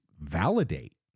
validate